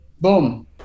boom